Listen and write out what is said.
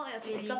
really